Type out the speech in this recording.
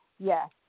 Yes